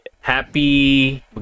Happy